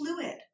fluid